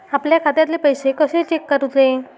आपल्या खात्यातले पैसे कशे चेक करुचे?